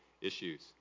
issues